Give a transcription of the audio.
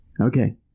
Okay